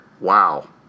Wow